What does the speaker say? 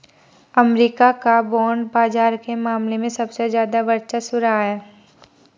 अमरीका का बांड बाजार के मामले में सबसे ज्यादा वर्चस्व रहा है